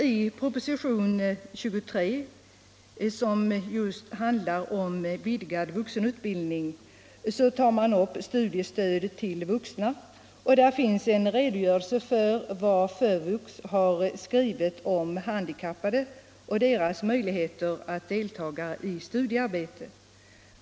I propositionen 23, som handlar om vidgad vuxenutbildning, tar man upp studiestödet till vuxna, och där finns en redogörelse för vad FÖVUX har skrivit om handikappade och deras möjligheter att delta i studiearbetet.